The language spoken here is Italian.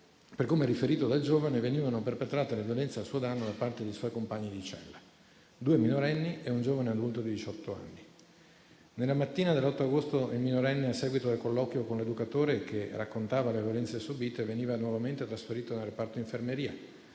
per come riferito dal giovane, venivano perpetrate violenze a suo danno da parte dei suoi compagni di cella, due minorenni e un giovane adulto di diciott'anni. La mattina dell'8 agosto, il minorenne, a seguito del colloquio con l'educatore, dove raccontava le violenze subite, veniva nuovamente trasferito nel reparto infermeria,